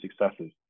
successes